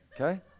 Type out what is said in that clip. Okay